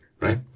Right